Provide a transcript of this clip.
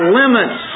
limits